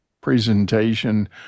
presentation